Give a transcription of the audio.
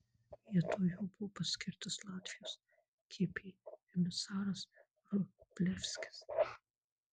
vietoj jo buvo paskirtas latvijos kp emisaras vrublevskis